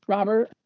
Robert